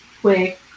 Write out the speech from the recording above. quick